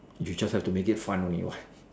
you just have to make it fun only what